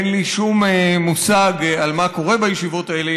אין לי שום מושג מה קורה בישיבות האלה.